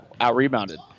out-rebounded